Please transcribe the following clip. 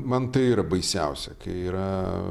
man tai yra baisiausia kai yra